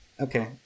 Okay